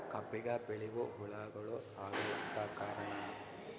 ಕಬ್ಬಿಗ ಬಿಳಿವು ಹುಳಾಗಳು ಆಗಲಕ್ಕ ಕಾರಣ?